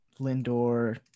Lindor